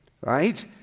Right